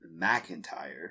mcintyre